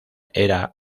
era